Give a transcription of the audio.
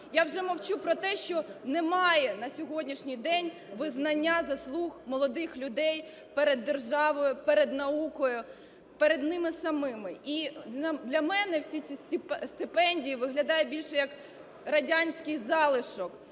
Я вже мовчу про те, що немає на сьогоднішній день визнання заслуг молодих людей перед державою, перед наукою, перед ними самими. І для мене всі ці стипендії виглядають більше як радянський залишок: